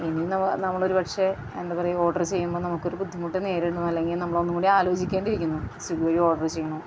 ഇനി നമ്മള് നമ്മളൊരു പക്ഷേ എന്താ പറയുക ഓർഡറ് ചെയ്യുമ്പോൾ നമുക്കൊരു ബുദ്ധിമുട്ട് നേരിടണം അല്ലെങ്കിൽ നമ്മളൊന്നും കൂടി ആലോചിക്കേണ്ടിയിരിക്കുന്നു സ്വിഗ്ഗി വഴി ഓർഡർ ചെയ്യണോ